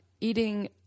eating